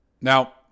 Now